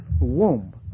womb